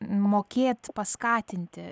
mokėt paskatinti